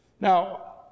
Now